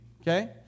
Okay